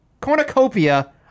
cornucopia